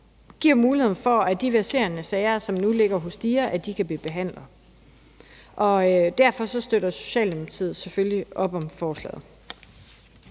altså muligheden for, at de verserende sager, som nu ligger hos DIA, kan blive behandlet. Derfor støtter Socialdemokratiet selvfølgelig op om forslaget.